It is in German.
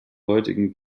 heutigen